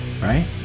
right